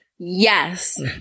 Yes